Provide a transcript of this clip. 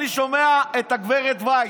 אני שומע את גב' ויס,